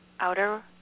outer